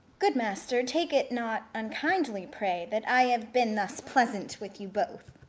good master, take it not unkindly, pray, that i have been thus pleasant with you both.